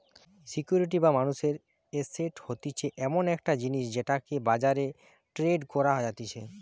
security বা মানুষের asset হতিছে এমন একটা জিনিস যেটাকে বাজারে ট্রেড করা যাতিছে